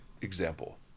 example